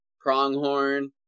pronghorn